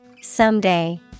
Someday